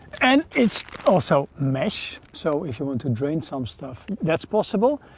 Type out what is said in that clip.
and it's also mesh, so if you want to drain some stuff that's possible,